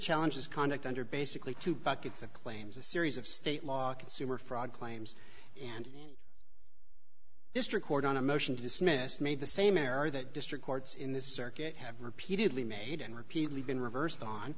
challenge is conduct under basically two buckets of claims a series of state law consumer fraud claims and district court on a motion to dismiss made the same error that district courts in this circuit have repeatedly made and repeatedly been reversed on